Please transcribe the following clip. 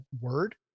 word